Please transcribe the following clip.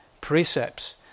precepts